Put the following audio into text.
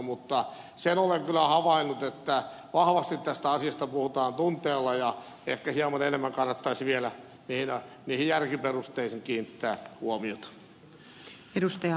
mutta sen olen kyllä havainnut että vahvasti tästä asiasta puhutaan tunteella ja ehkä hieman enemmän kannattaisi vielä niihin järkiperusteisiin kiinnittää huomiota